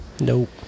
nope